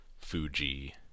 Fuji